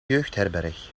jeugdherberg